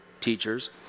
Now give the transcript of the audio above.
teachers